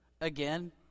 Again